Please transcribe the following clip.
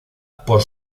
por